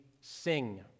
sing